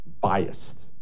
biased